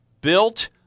built